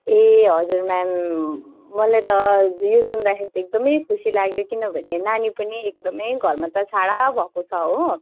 ए हजुर म्याम मैले त यो सुन्दाखेरि त एकदमै खुसी लाग्यो किनभने नानी पनि एकदमै घरमा त छाडा भएको छ हो